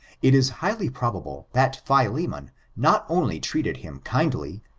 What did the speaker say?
it is highly probable, that philemon not only treated him kindly,